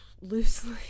loosely